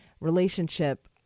relationship